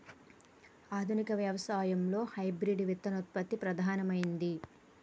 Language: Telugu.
ఆధునిక వ్యవసాయం లో హైబ్రిడ్ విత్తన ఉత్పత్తి ప్రధానమైంది